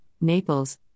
Naples